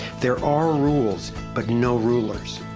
there are rules, but no rulers.